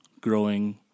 growing